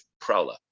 prowler